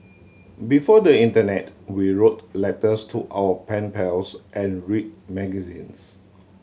before the internet we wrote letters to our pen pals and read magazines